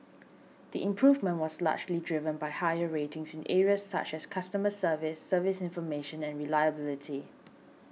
the improvement was largely driven by higher ratings in areas such as customer service service information and reliability